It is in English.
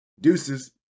Deuces